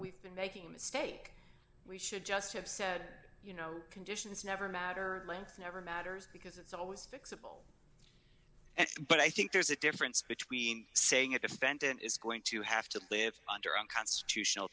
we've been making a mistake we should just have said you know conditions never matter length never matters because it's always fix it but i think there's a difference between saying a defendant is going to have to live under unconstitutional